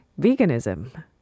veganism